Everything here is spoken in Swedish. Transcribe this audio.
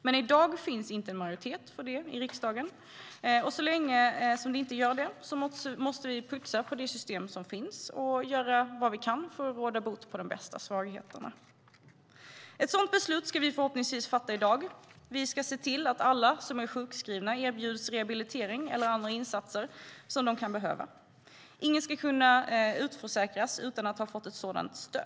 Men i dag finns det inte en majoritet för det i riksdagen, och så länge det inte gör det måste vi putsa på det system som finns och göra vad vi kan för att råda bot på de värsta svagheterna. Ett sådant beslut ska vi förhoppningsvis fatta i dag. Vi ska se till att alla som är sjukskrivna erbjuds rehabilitering eller andra insatser som de kan behöva. Ingen ska kunna utförsäkras utan att ha fått ett sådant stöd.